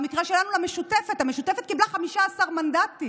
במקרה שלנו, למשותפת, המשותפת קיבלה 15 מנדטים.